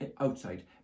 outside